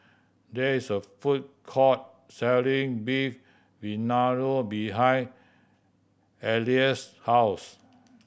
there is a food court selling Beef Vindaloo behind Elease's house